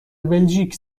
بلژیک